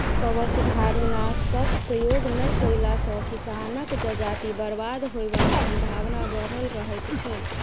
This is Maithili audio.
कवचधारीनाशकक प्रयोग नै कएला सॅ किसानक जजाति बर्बाद होयबाक संभावना बढ़ल रहैत छै